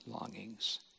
longings